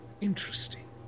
Interesting